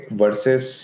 versus